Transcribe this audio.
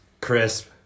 crisp